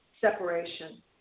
separation